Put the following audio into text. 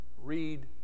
read